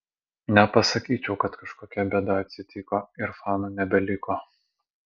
nepasakyčiau kad kažkokia bėda atsitiko ir fanų nebeliko